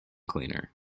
cleaner